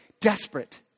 Desperate